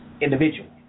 individual